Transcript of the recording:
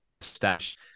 stash